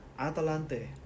Atalante